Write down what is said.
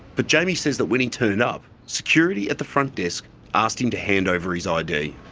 but jamie says that, when he turned and up, security at the front desk asked him to hand over his id.